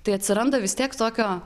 tai atsiranda vis tiek tokio